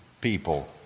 people